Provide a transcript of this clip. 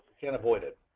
can't avoid it.